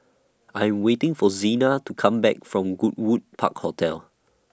I Am waiting For Zena to Come Back from Goodwood Park Hotel